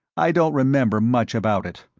i don't remember much about it.